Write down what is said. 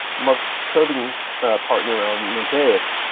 marc's coding partner around mosaic,